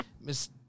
Miss